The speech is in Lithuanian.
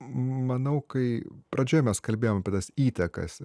manau kai pradžioje mes kalbėjom apie tas įtakas